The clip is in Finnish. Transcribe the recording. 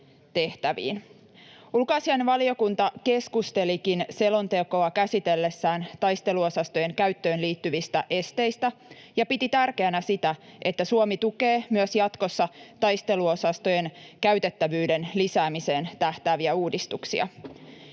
Ulkoasiainvaliokunta keskustelikin selontekoa käsitellessään taisteluosastojen käyttöön liittyvistä esteistä ja piti tärkeänä sitä, että Suomi tukee myös jatkossa taisteluosastojen käytettävyyden lisäämiseen tähtääviä uudistuksia.